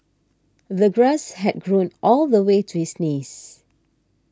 the grass had grown all the way to his knees